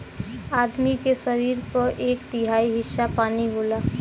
आदमी के सरीर क एक तिहाई हिस्सा पानी होला